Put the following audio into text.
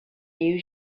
new